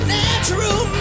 natural